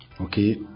okay